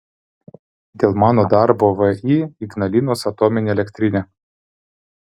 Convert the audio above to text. dėl mano darbo vį ignalinos atominė elektrinė